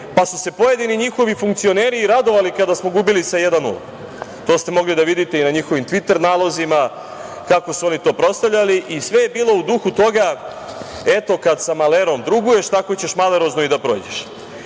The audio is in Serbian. pa su se pojedini njihovi funkcioneri radovali kada smo gubili sa 1:0. To ste mogli da vidite i na njihovim tviter nalozima kako su to proslavljali i sve je bilo u duhu toga – eto, kada sa malerom druguješ, tako ćeš malerozno i da prođeš. Kada